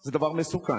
זה דבר מסוכן.